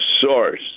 source